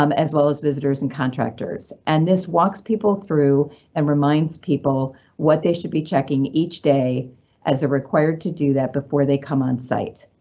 um as well as visitors and contractors. and this walks people through and reminds people what they should be checking each day as are required to do that before they come on site.